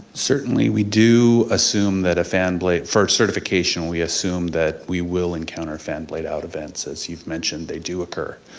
certainly we do assume that a fan blade, for certification, we assume that we will encounter fan blade out events as you've mentioned, they do occur.